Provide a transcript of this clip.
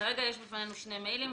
כרגע יש בפנינו שני מיילים,